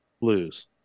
Lose